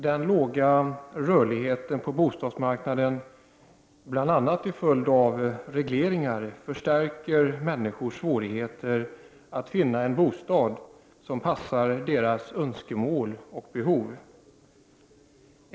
— Den låga rörligheten på bostadsmarknaden, bl.a. till följd av regleringar, förstärker människors svårigheter att finna en bostad som passar deras önskemål och behov.